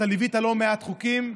ואתה ליווית לא מעט חוקים,